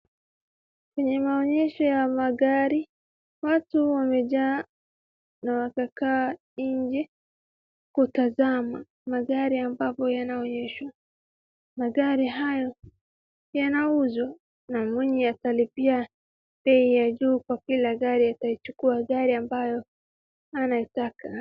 Kwenye maonyesho ya magari, watu wamejaa na wakakaa nje kutazama magari ambapo yanaonyeshwa. Magari haya yanauzwa na mwenye atalipia bei ya juu kwa kila gari atachukua gari ambayo anataka.